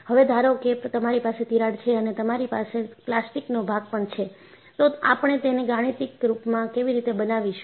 હવે ધારો કે તમારી પાસે તિરાડ છે અને તમારી પાસે પ્લાસ્ટિકનો ભાગ પણ છે તો આપણે તેને ગાણિતિક રૂપમાં કેવી રીતે બનાવીશું